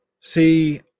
see